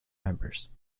members